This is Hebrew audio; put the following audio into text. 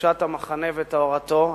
לקדושת המחנה וטהרתו.